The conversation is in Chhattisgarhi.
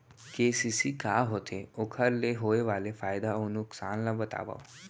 के.सी.सी का होथे, ओखर ले होय वाले फायदा अऊ नुकसान ला बतावव?